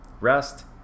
rest